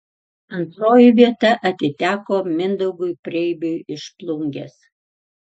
antroji vieta atiteko mindaugui preibiui iš plungės